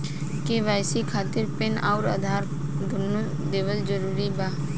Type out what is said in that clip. KYC खातिर PAN आउर आधार दुनों देवल जरूरी बा?